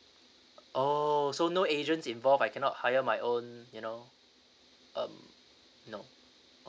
oh so know agent involve I cannot hire my own you know um no